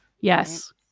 Yes